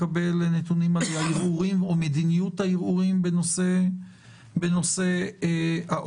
לקבל נתונים על ערעורים או מדיניות הערעורים בנושא העונשים.